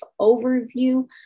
overview